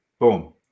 boom